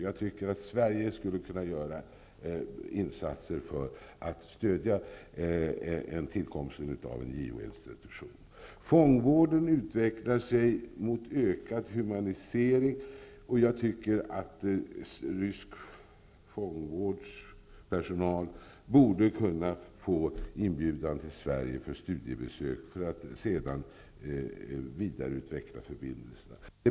Jag tycker att Sverige skulle kunna göra insatser för att stödja tillkomsten av en JO Fångvården utvecklas mot ökad humanisering, och jag tycker att rysk fångvårdspersonal borde kunna få inbjudan till Sverige för studiebesök för att sedan vidareutveckla förbindelserna.